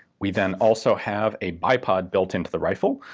we then also have a bipod built into the rifle.